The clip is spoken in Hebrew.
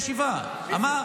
אמר?